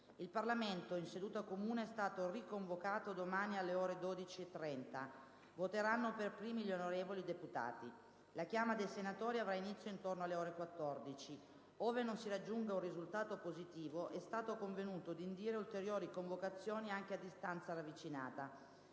Il Parlamento in seduta comune è stato riconvocato domani alle ore 12,30. Voteranno per primi gli onorevoli deputati. La chiama dei senatori avrà inizio intorno alle ore 14. Ove non si raggiunga un risultato positivo, è stato convenuto di indire ulteriori convocazioni anche a distanza ravvicinata,